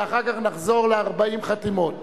ואחר כך נחזור ל-40 חתימות.